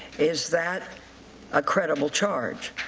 is that a credible charge?